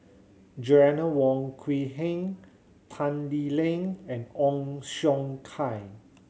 Joanna Wong Quee Heng Tan Lee Leng and Ong Siong Kai